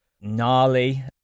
gnarly